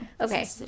okay